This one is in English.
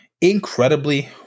incredibly